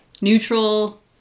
neutral